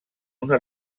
una